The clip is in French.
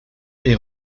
est